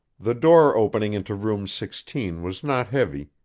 the door opening into room sixteen was not heavy,